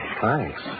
Thanks